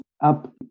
up